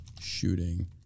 shooting